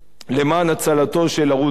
למען הצלתו של ערוץ-10.